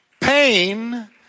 Pain